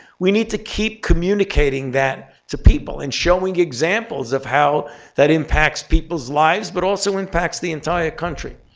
we need to keep communicating that to people and showing examples of how that impacts people's lives but also impacts the entire country.